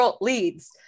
leads